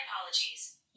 apologies